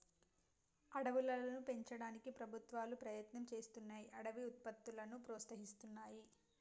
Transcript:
అడవులను పెంచడానికి ప్రభుత్వాలు ప్రయత్నం చేస్తున్నాయ్ అడవి ఉత్పత్తులను ప్రోత్సహిస్తున్నాయి